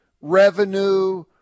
Revenue